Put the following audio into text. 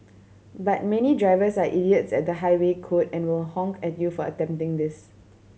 but many drivers are idiots at the highway code and will honk at you for attempting this